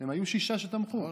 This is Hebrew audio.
הם היו שישה שתמכו.